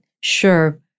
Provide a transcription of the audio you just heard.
sure